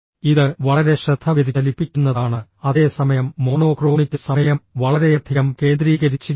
ഇത് വളരെ ശ്രദ്ധ വ്യതിചലിപ്പിക്കുന്നതാണ് അതേസമയം മോണോക്രോണിക് സമയം വളരെയധികം കേന്ദ്രീകരിച്ചിരിക്കുന്നു